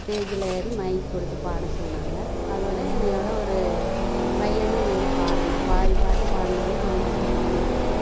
ஸ்டேஜில் ஏறி மைக் கொடுத்து பாட சொன்னாங்க அதோட என்னைனோட ஒரு பையனும் நின்றுட்டு பாடினான் பாதி பாட்டு பாடுனோன்னே அவங்க வந்து பாடினாங்க